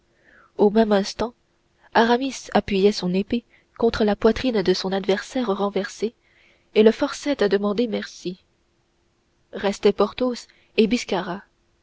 au même instant aramis appuyait son épée contre la poitrine de son adversaire renversé et le forçait à demander merci restaient porthos et